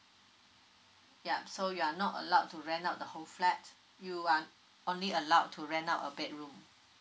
ya so you are not allowed to rent out the whole flat you are only allowed to rent out a bedroom